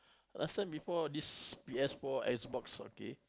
last time before this P_S four Xbox okay